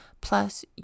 plus